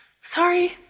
Sorry